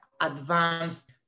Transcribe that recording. advanced